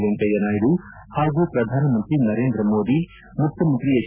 ವೆಂಕಯ್ಯನಾಯ್ದು ಹಾಗೂ ಪ್ರಧಾನಮಂತ್ರಿ ನರೇಂದ್ರ ಮೋದಿ ಮುಖ್ಯಮಂತಿ ಎಚ್